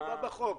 נקבע בחוק.